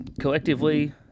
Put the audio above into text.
collectively